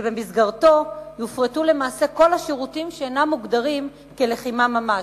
שבמסגרתו יופרטו למעשה כל השירותים שאינם מוגדרים לחימה ממש,